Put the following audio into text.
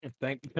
Thank